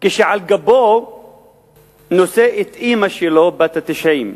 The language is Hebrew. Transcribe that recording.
כשעל גבו נושא את אמא שלו בת ה-90,